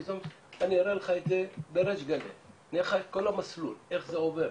אני אראה לך בריש גלי את כל המסלול איך זה עובר,